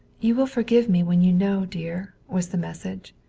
you will forgive me when you know, dear, was the message.